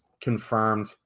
confirmed